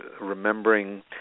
remembering